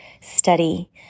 study